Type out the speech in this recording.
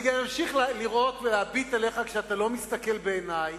אני גם אמשיך לראות ולהביט אליך כשאתה לא מסתכל בעיני,